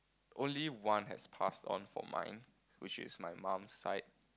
only one has passed on for mine which is my mom's side